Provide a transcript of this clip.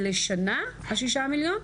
זה לשנה, השישה מיליון?